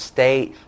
State